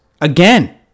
again